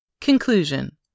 Conclusion